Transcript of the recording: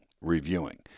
reviewing